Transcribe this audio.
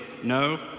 No